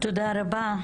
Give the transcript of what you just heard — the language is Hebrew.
תודה רבה.